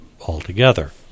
altogether